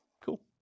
Cool